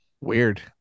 weird